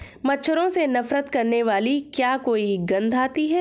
मच्छरों से नफरत करने वाली क्या कोई गंध आती है?